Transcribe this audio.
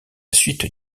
suite